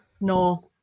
No